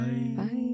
Bye